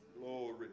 Glory